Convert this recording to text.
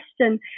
question